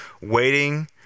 waiting